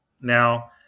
Now